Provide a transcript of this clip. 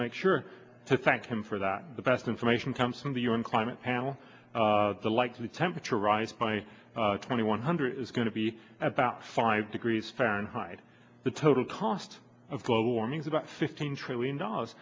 make sure to thank him for that the best information comes from the un climate panel the like the temperature rise by twenty one hundred is going to be about five degrees fahrenheit the total cost of global warming is about fifteen trillion dollars